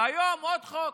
והיום, עוד חוק.